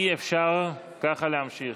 אי-אפשר ככה להמשיך.